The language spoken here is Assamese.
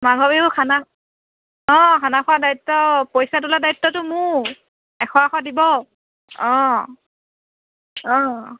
মাঘৰ বিহু খানা অঁ খানা খোৱা দায়িত্ব পইচা তোলা দায়িত্বটো মোৰ এশ এশ দিব অঁ অঁ